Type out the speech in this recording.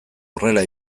horrela